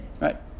right